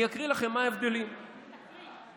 אני אקריא לכם מה הבדלים: היום,